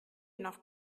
noch